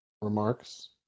remarks